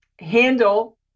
handle